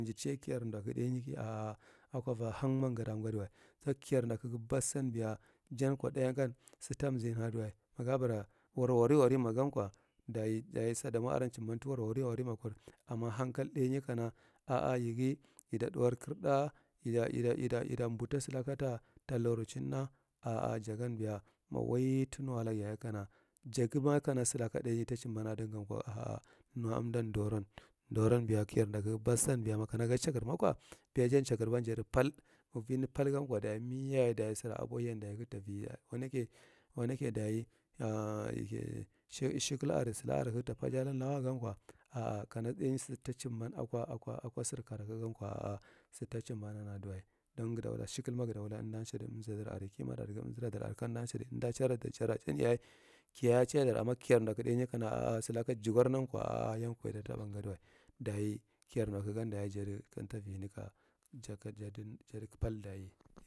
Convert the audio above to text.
Ce kiyar mdaku ɗainyigi, a’a akwava hangma gada ngadiwa cakiyar mdakugi ɗaigan jankwa ɗaigan satanzini ada duwa maga bara wawani wari masankwa, dayi dayim sadamwa aran cimban ta warwari warima kur. Amma hankal dainyi kana a’a yigi ita ɓuwar kardu idu, idu, idu mbutasataka tatad loricindu a’a jagan biya mu wai ta muwa lagyaye kana kamanadi sankwa ndoran biya, ndoran diya kiyar mdakugi bassan makana makana ga cakarmakwa, dayi jan cakarban jadi pal. Magvini pulgankwa dayi kogatavi waneke, waneke dayi a’a mshikal are sala are kagta paji alanluwayankwa a’a kawa ɗai sata cimban akwa, akwa sarkarakagankwa a’a, ad a duwa. Don gadawula mshikal are, gada wula amdu msadan. Kimaɗu aregi amda cadan, jara janye kiyaye a ceyadar. Amma kiyar mdaku ɗainya a’a salaka jigwarni, a’a saluki jigwarnankwo, a’a, yankwo ita taba ngadiwa. Dayi kiyan mdukugan dayi jadi kamtavini ka jaka jada pal dayi.